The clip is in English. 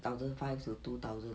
thousand five to two thousand